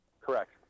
Correct